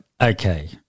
okay